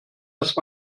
erst